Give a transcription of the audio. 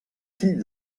fill